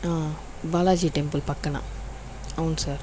Balaji temple పక్కన అవును sir